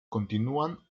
continúan